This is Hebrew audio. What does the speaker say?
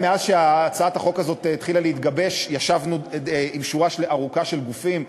מאז החלה הצעת החוק הזאת להתגבש ישבנו עם שורה ארוכה של גופים,